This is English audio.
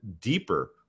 deeper